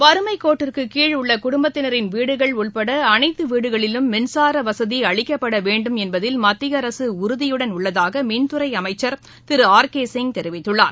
வறுமைக்கோட்டிற்கு கீழ் உள்ள குடும்பத்தினரின் வீடுகள் உள்பட அனைத்து வீடுகளிலும் மின்சார வசதி அளிக்கப்பட வேண்டும் என்பதில் மத்திய அரசு உறுதியுடன் உள்ளதாக மின்துறை அமைச்சர் திரு ஆர் கே சிங் தெரிவித்துள்ளார்